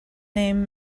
name